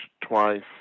twice